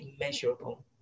immeasurable